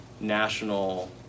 national